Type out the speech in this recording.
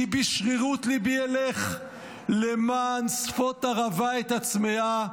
בִּשְׁרִרוּת לבי אלך למען סְפוֹת הרווה את הצמאה.